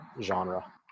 genre